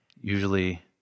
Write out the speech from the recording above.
usually